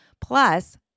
plus